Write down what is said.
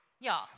Y'all